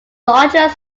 largest